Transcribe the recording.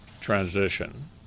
transition